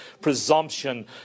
presumption